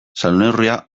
salneurria